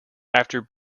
after